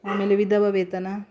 ಆಮೇಲೆ ವಿಧವಾವೇತನ